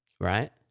Right